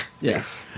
Yes